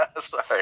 Sorry